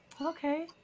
Okay